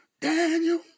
Daniel